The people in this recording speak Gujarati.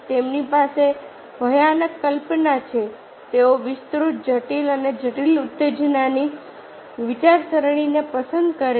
તેમની પાસે ભયાનક કલ્પના છે તેઓ વિસ્તૃત જટિલ અને જટિલ ઉત્તેજનાની વિચારસરણીને પસંદ કરે છે